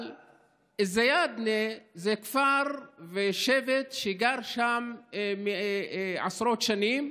אבל א-זיאדנה זה כפר ושבט ששם עשרות שנים,